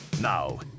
Now